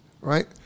right